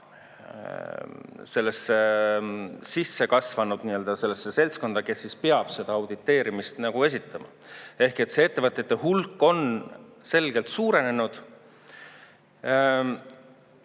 ju sisse kasvanud sellesse seltskonda, kes peab seda auditeerimist esitama. Ehk see ettevõtete hulk on selgelt suurenenud.